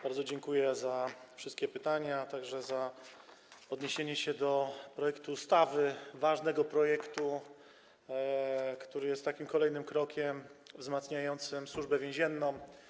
Bardzo dziękuję za wszystkie pytania, także za odniesienie się do projektu ustawy, ważnego projektu, który jest kolejnym krokiem wzmacniającym Służbę Więzienną.